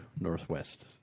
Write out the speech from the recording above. northwest